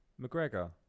McGregor